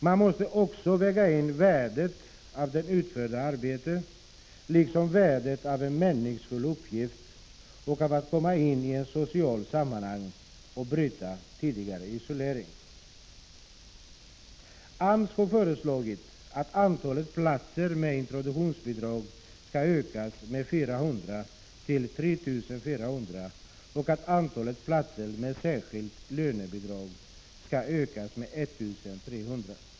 Man måste också väga in värdet av det utförda arbetet, liksom värdet av en meningsfull uppgift och av att komma in i ett socialt sammanhang och bryta tidigare isolering. AMS har föreslagit att antalet platser med introduktionsbidrag skall ökas med 400 till 3 400 och att antalet platser med särskilt lönebidrag skall ökas med 1 300.